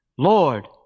Lord